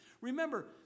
Remember